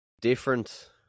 different